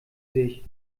sich